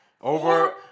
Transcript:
Over